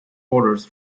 orders